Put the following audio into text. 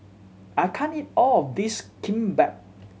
I can't eat all of this Kimbap